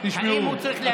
האם הוא צריך להסביר עוד?